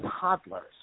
toddlers